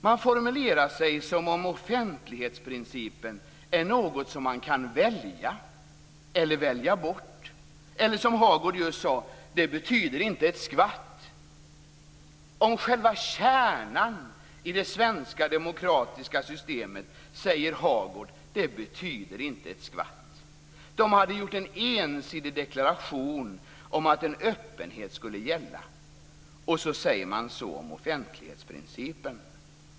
Man formulerar sig som om offentlighetsprincipen är något som man kan välja eller välja bort. Hagård sade just att det inte betyder ett skvatt. Om själva kärnan i det svenska demokratiska systemet säger Hagård att den inte betyder ett skvatt. Man hade gjort en ensidig deklaration om att en öppenhet skulle gälla, och så säger man så om offentlighetsprincipen.